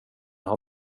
har